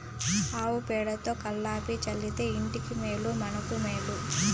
ఆవు పేడతో కళ్లాపి చల్లితే ఇంటికి మేలు మనకు మేలు